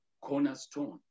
cornerstone